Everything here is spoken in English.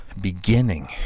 beginning